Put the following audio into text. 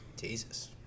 Jesus